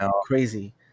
crazy